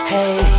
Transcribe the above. Hey